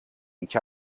each